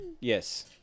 yes